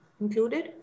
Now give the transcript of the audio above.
included